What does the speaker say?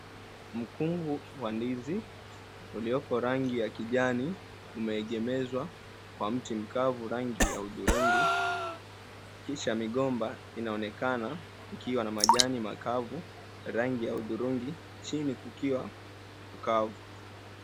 Mkungu wa ndizi uliopo rangi ya kijani umeegemezwa kwa mti mkavu rangi ya hudhurungi, kisha migomba inaonekana ikiwa na majani makavu rangi ya hudhurungi, chini kukiwa mkavu.